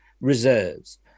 reserves